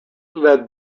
led